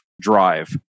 drive